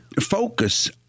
focus